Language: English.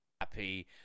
Happy